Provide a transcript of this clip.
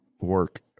work